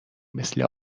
مثل